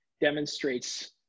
demonstrates